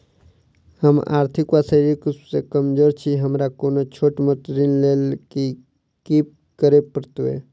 हम आर्थिक व शारीरिक रूप सँ कमजोर छी हमरा कोनों छोट मोट ऋण लैल की करै पड़तै?